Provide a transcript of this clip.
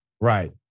Right